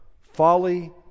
folly